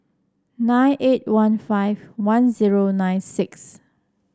nine eight one five one zero nine six